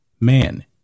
man